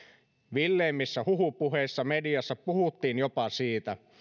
villeimmissä huhupuheissa mediassa puhuttiin jopa siitä